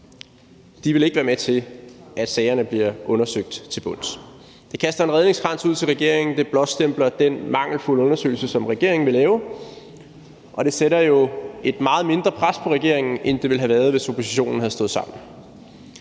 ikke vil være med til, at sagerne bliver undersøgt til bunds. Det kaster en redningskrans ud til regeringen. Det blåstempler den mangelfulde undersøgelse, som regeringen vil lave, og det sætter jo et meget mindre pres på regeringen, end der ville have været, hvis oppositionen havde stået sammen.